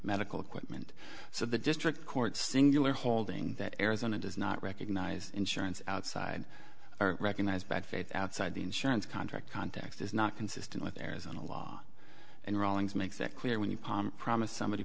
medical equipment so the district court singular holding that arizona does not recognize insurance outside recognized by faith outside the insurance contract context is not consistent with arizona law and rawlings makes it clear when you palm promised somebody